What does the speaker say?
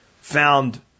found